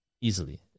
easily